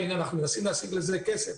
אנחנו מנסים להשיג לזה כסף.